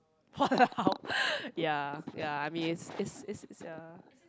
walao ya ya I mean it's it's it's ya